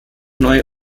neue